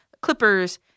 Clippers